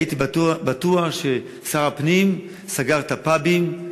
הייתי בטוח ששר הפנים סגר את הפאבים,